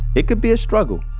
it can be a struggle,